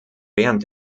während